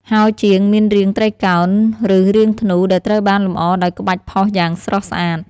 ហោជាងមានរាងត្រីកោណ ឬរាងធ្នូ ដែលត្រូវបានលម្អដោយក្បាច់ផុសយ៉ាងស្រស់ស្អាត។